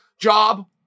job